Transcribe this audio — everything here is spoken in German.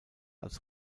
als